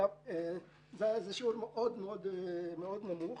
זה שיעור מאוד-מאוד נמוך,